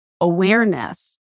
awareness